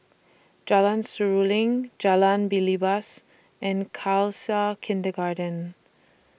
Jalan Seruling Jalan Belibas and Khalsa Kindergarten